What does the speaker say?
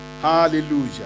Hallelujah